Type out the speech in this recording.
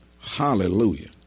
Hallelujah